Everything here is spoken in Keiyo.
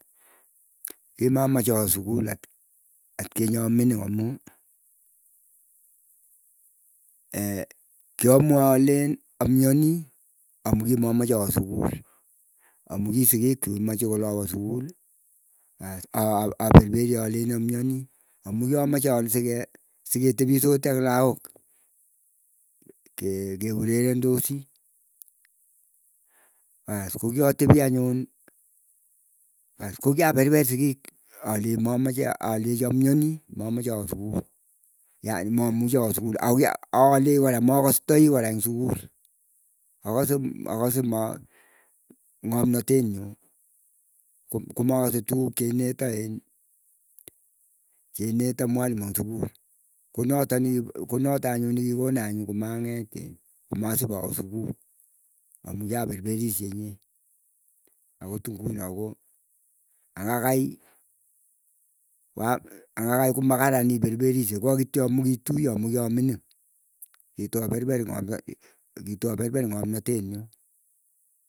Kimamach awa sukul a atkinye amining amuu, kiamue alen amianii amuu kimomoche awoo sukul. Amuu kisigiikchu komeche kole awoo sukuli paas aperperii alechinii amianii, amuu kiamache ale sige sige tepisoti ak lagook kee keurerendosi. Paas kogiatepi anyun, pas kokiaperper sigik alei mamache alechi amianii mamache awoo sukul. Mamuchi awoo sukul agokia akalechi kora makastai kora ing sukul akose ma akase ma ng'omnote nyuu komakase tukuk cheineto iin cheineto mwalimu ing sukul. Konoto nekikona anyun nikikona anyun komang'et inn komasipowe sukul. Amuu kiaperperisye inyee akot inguno koo ang'akai komakaran iperperishe koakityo amuu kituyo amuu kiamining. Kitoaperper kitokoperper ng'omnote nyuu.